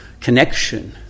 connection